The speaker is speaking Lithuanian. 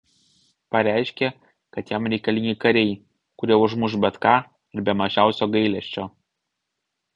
pareiškė kad jam reikalingi kariai kurie užmuš bet ką ir be mažiausio gailesčio